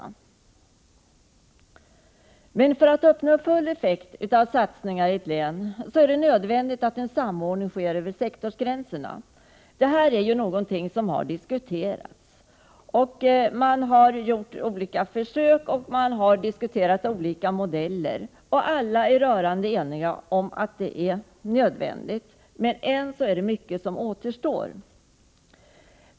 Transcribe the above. För att man skall uppnå full effekt av satsningarna i ett län är det nödvändigt att en samordning sker över sektorsgränserna. Detta är ju någonting som har diskuterats. Man har gjort olika försök och man har diskuterat olika modeller. Alla är rörande eniga om att detta är nödvändigt, men än är det mycket som återstår.